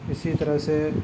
اسی طرح سے